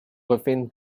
within